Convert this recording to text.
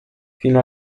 fino